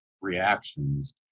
reactions